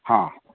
ହଁ